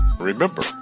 remember